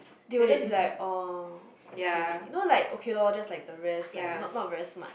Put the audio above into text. they will just be like orh okay you know like okay lor just like the rest like not not very smart